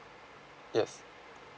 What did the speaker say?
yes